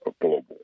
global